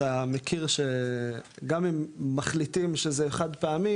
אתה מכיר שגם אם מחליטים שזה חד-פעמי,